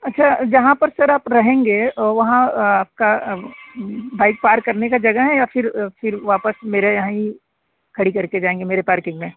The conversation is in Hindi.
अच्छा जहाँ पर सर आप रहेंगे वहाँ आपका बाइक पार करने की जगह है या फिर फिर वापस मेरे यहाँ ही खड़ी कर के जाएँगे मेरे पार्किंग में